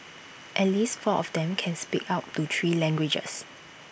at least four of them can speak up to three languages